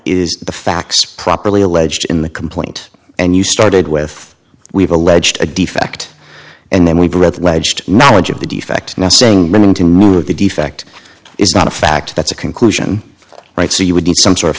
is the facts properly alleged in the complaint and you started with we've alleged a defect and then we breath wedged knowledge of the facts now saying minton knew of the defect is not a fact that's a conclusion right so you would need some sort of